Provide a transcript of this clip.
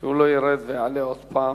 כדי שהוא לא ירד ויעלה עוד פעם.